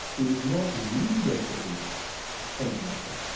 it is not we that forgive fundamentally.